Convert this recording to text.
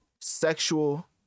sexual